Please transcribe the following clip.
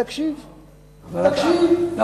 תקשיב, תקשיב.